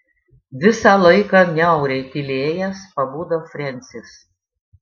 visą laiką niauriai tylėjęs pabudo frensis